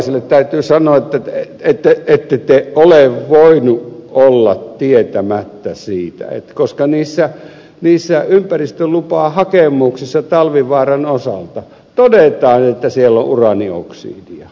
piiraiselle täytyy sanoa että ette te ole voinut olla tietämättä siitä koska ympäristölupahakemuksissa talvivaaran osalta todetaan että siellä on uraanioksidia